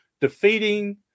Defeating